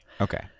Okay